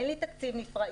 אין לי תקציב נפרד.